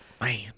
Man